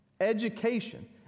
Education